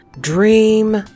Dream